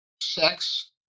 sex